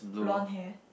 blonde hair